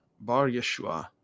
Bar-Yeshua